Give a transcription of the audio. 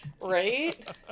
Right